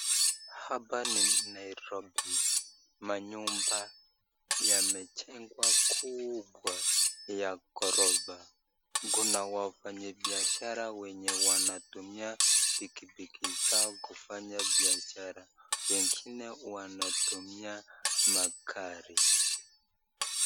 Hapa ni Nairobi. Manyumba yamejengwa kuu kwa ya ghorofa. Kuna wafanyibiashara wenye wanatumia pikipiki zao kufanya biashara. Wengine wanatumia magari.